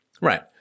Right